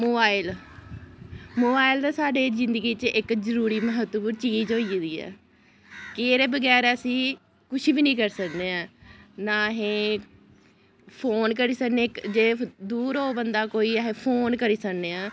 mobile mobile ते साढ़े जिंदगी च इक जरूरी म्हत्तव चीज होई एह्दी ऐ एह् दे बगैर असी कुछ बी नीं करी सकने ऐ ना आहीं फोन करी सकने जे दूर हो बंदा कोई अहें फोन करी सकनेआं